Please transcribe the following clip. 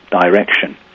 direction